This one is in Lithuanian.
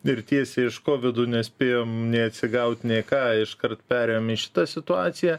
ir tiesiai iš kovido nespėjom nei atsigaut nei ką iškart perėjom į šitą situaciją